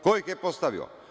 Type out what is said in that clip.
Ko ih je postavio?